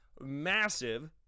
massive